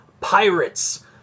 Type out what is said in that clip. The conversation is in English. pirates